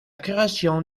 création